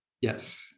Yes